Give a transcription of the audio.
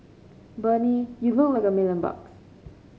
Bernie you look like a million bucks